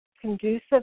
conducive